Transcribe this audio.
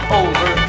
over